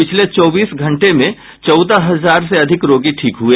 पिछले चौबीस घंटे में चौदह हजार से अधिक रोगी ठीक हुए